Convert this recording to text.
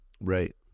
right